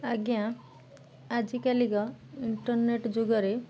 ଆଜ୍ଞା ଆଜିକାଲିକ ଇଣ୍ଟର୍ନେଟ୍ ଯୁଗରେ